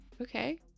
okay